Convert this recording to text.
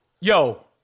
Yo